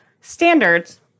standards